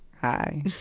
hi